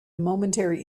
momentary